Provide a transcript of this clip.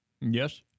Yes